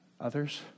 others